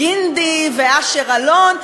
"גינדי" ואשר אלון,